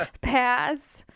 pass